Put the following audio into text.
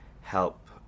help